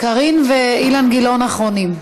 קארין ואילן גילאון אחרונים.